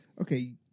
okay